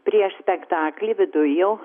prieš spektaklį viduj jau